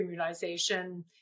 premiumization